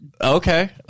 Okay